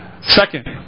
Second